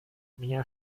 mir